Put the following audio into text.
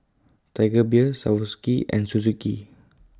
Tiger Beer Swarovski and Suzuki